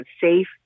safe